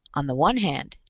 on the one hand,